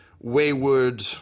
wayward